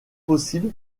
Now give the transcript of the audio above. possible